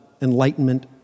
enlightenment